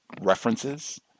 references